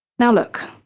now, look,